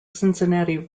cincinnati